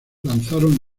lanzaron